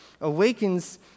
awakens